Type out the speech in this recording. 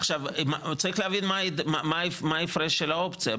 עכשיו צריך להבין מה ההפרש של האופציה,